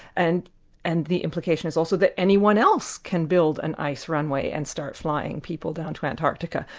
and and the implication is also that anyone else can build an ice runway and start flying people down to antarctica.